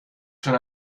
schon